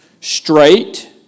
straight